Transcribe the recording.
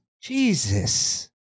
Jesus